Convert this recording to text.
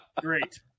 Great